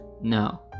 No